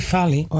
Valley